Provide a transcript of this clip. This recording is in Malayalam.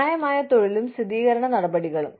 ന്യായമായ തൊഴിലും സ്ഥിരീകരണ നടപടികളും